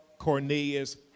Cornelius